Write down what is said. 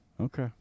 Okay